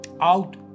Out